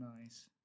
Nice